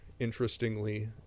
Interestingly